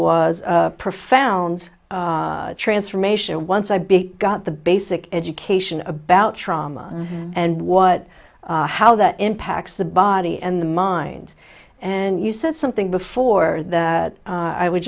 was a profound transformation once i'd be got the basic education about trauma and what how that impacts the body and the mind and you said something before that i would